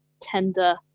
tender